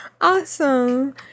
awesome